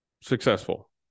successful